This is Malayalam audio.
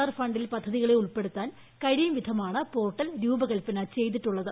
ആർ ഫണ്ടിൽ പദ്ധതികളെ ഉൾപ്പെടുത്താൻ കഴിയുംവിധമാണ് പോർട്ടൽ രൂപകൽപന ചെയ്തിട്ടുള്ളത്